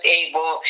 able